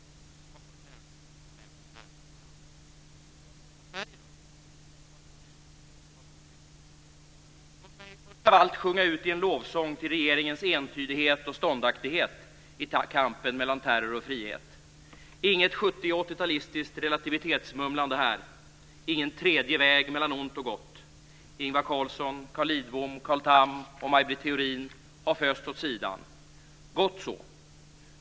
Låt mig först av allt sjunga ut i en lovsång till regeringens entydighet och ståndaktighet i kampen mellan terror och frihet. Inget sjuttio och åttiotalistiskt relativitetsmumlande här. Ingen tredje väg mellan ont och gott. Ingvar Carlsson, Carl Lidbom, Carl Tham och Maj-Britt Theorin har fösts åt sidan. Gott så.